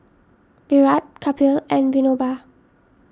Virat Kapil and Vinoba